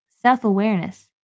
self-awareness